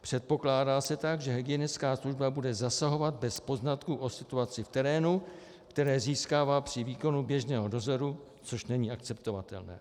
Předpokládá se tak, že hygienická služba bude zasahovat bez poznatků o situaci v terénu, které získává při výkonu běžného dozoru, což není akceptovatelné.